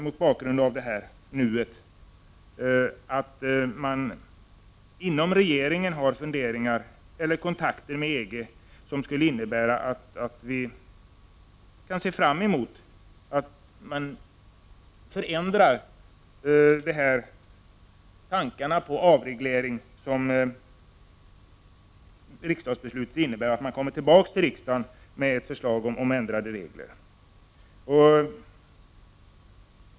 Mot bakgrund av detta ”nu” undrar jag om man inom regeringen har funderingar eller rent av kontakter med EG som skulle innebära att vi kan se fram emot att man ändrar tankarna på avreglering som riksdagsbeslutet innebär, och att man kommer tillbaka till riksdagen med ett förslag om ändrade regler.